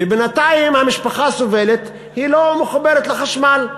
ובינתיים המשפחה סובלת, היא לא מחוברת לחשמל.